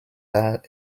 arts